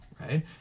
right